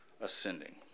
ascending